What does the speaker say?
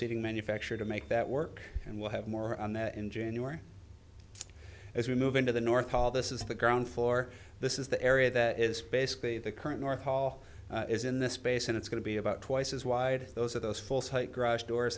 seating manufacturer to make that work and we'll have more on that in january as we move into the north pole this is the ground floor this is the area that is basically the current north hall is in this space and it's going to be about twice as wide as those of those full site garage doors